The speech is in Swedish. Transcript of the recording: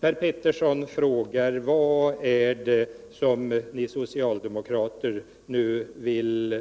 Per Petersson frågar vad det är som vi socialdemokrater nu vill